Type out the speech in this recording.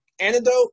antidote